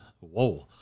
Whoa